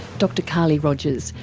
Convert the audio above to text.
dr carly rogers,